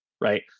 Right